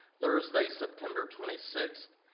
thursday, september twenty sixth,